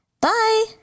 Bye